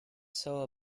sew